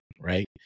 right